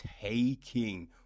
taking